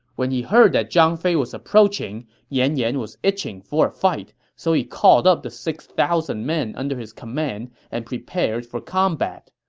when he heard zhang fei was approaching, yan yan was itching for a fight, so he called up the six thousand men under his command and prepared for combat.